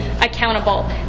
accountable